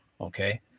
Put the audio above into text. Okay